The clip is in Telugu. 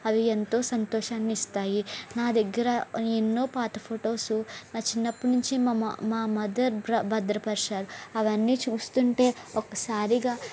అవి ఎంతో సంతోషాన్ని ఇస్తాయి నా దగ్గర ఎన్నో పాత ఫోటోసు మా చిన్నపటి నుంచి మా మదర్ భద్రపరిచారు అవన్నీ చూస్తుంటే ఒక్కసారిగా